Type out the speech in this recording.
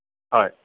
হয়